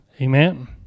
Amen